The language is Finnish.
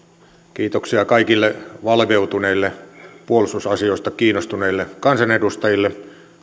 kiitoksia kaikille valveutuneille puolustusasioista kiinnostuneille kansanedustajille